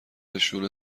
نشون